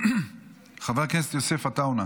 חבר הכנסת יוסף עטאונה,